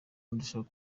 ndushaho